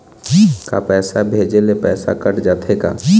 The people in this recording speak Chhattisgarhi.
का पैसा भेजे ले पैसा कट जाथे का?